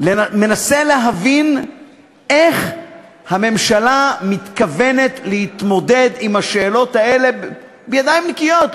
מנסה להבין איך הממשלה מתכוונת להתמודד עם השאלות האלה בידיים נקיות,